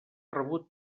rebut